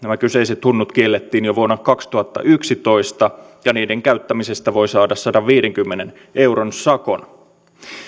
kyseiset hunnut kiellettiin jo vuonna kaksituhattayksitoista ja niiden käyttämisestä voi saada sadanviidenkymmenen euron sakon